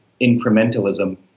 incrementalism